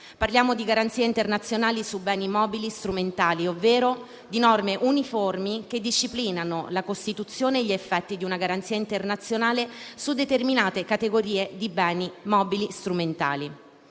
Parliamo di garanzie internazionali su beni mobili strumentali, ovvero di norme uniformi che disciplinano la costituzione e gli effetti di una garanzia internazionale su determinate categorie di beni mobili strumentali.